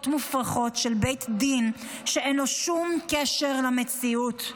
מופרכות של בית דין שאין להן שום קשר למציאות.